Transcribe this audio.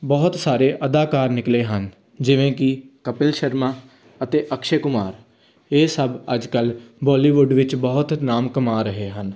ਬਹੁਤ ਸਾਰੇ ਅਦਾਕਾਰ ਨਿਕਲੇ ਹਨ ਜਿਵੇਂ ਕਿ ਕਪਿਲ ਸ਼ਰਮਾ ਅਤੇ ਅਕਸ਼ੈ ਕੁਮਾਰ ਇਹ ਸਭ ਅੱਜ ਕੱਲ੍ਹ ਬੋਲੀਵੁੱਡ ਵਿੱਚ ਬਹੁਤ ਨਾਮ ਕਮਾ ਰਹੇ ਹਨ